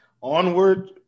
Onward